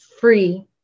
free